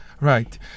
Right